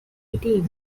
pity